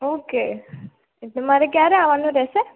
okay એટલે મારે ક્યારે આવાનું રહેશે